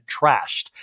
trashed